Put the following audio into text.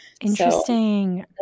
Interesting